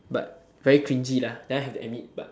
but very cringey lah that one have to admit but